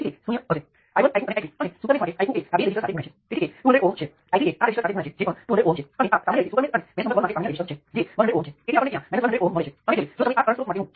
જ્યાં ટર્મિનલની બે જોડી તમારી સામે આવે છે અને તમે ટર્મિનલની તે બે જોડીઓને ઇલેટ્રિકલ વર્તનનું ઇક્વિવેલન્ટ વર્ણન કરી શકો છો